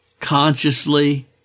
consciously